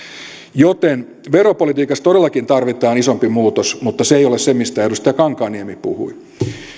joten veropolitiikassa todellakin tarvitaan isompi muutos mutta se ei ole se mistä edustaja kankaanniemi puhui